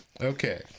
Okay